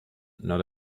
not